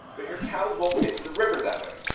but your cows won't get to the river that way.